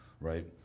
Right